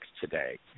today